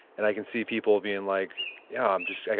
and i can see people being like, yeah, i'm just, like